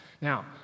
Now